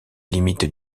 limites